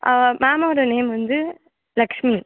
மேம்வோடய name வந்து லட்சுமி